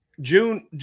June –